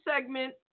segment